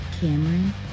Cameron